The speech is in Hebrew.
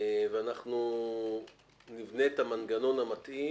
ואנחנו נבנה את המנגנון המתאים